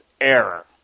error